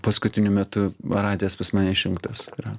paskutiniu metu radijas pas mane išjungtas yra